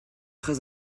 très